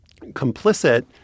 complicit